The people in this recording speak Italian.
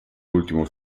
ultimo